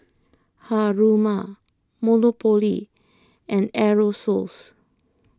Haruma Monopoly and Aerosoles